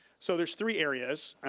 so there's three areas.